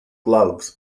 gloves